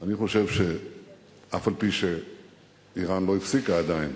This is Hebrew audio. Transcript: אני חושב שאף-על-פי שאירן לא הפסיקה עדיין